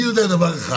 אני יודע דבר אחד